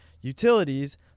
utilities